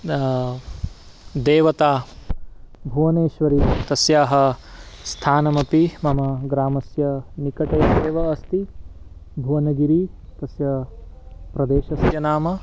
देवता भुवनेश्वरी तस्याः स्थानमपि मम ग्रामस्य निकटे एव अस्ति भुवनगिरि तस्य प्रदेशस्य नाम